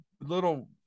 little